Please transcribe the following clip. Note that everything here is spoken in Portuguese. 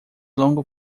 longo